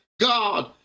God